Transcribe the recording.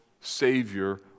savior